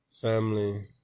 family